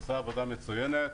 עושה עבודה מצוינת...